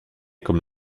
comme